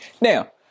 Now